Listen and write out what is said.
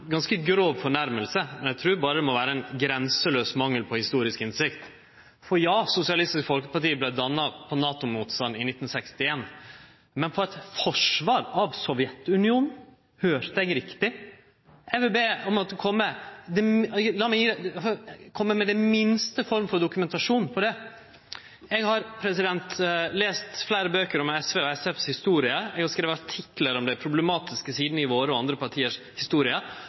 ganske grov fornærming, men som eg trur berre må vere ein grenselaus mangel på historisk innsikt. Ja, Sosialistisk Folkeparti vart danna på NATO-motstand i 1961. Men danna på eit forsvar av Sovjetunionen – høyrde eg riktig? Eg vil be om at ein kjem med den minste form for dokumentasjon på det. Eg